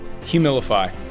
Humilify